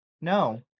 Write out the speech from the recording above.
No